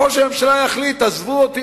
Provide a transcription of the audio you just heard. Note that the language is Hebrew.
ראש הממשלה יחליט: עזבו אותי,